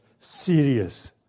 serious